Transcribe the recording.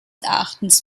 erachtens